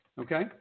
Okay